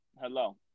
Hello